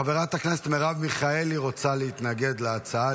חברת הכנסת מרב מיכאלי רוצה להתנגד להצעה.